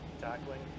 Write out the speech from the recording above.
tackling